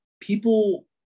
people